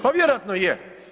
Pa vjerojatno je.